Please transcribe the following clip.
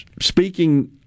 speaking